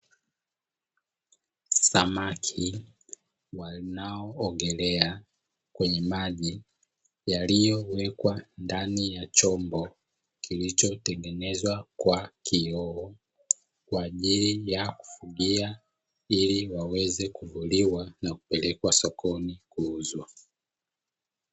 Samaki wanaoogelea kwenye maji yaliyowekwa ndani ya chombo kilichotengenezwa kwa kioo, kwa ajili ya kufugia ili waweze kuvuliwa na kupelekwa sokoni kuuzwa.